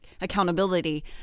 accountability